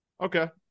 Okay